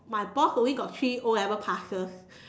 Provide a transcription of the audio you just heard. my boss only got three o-level passes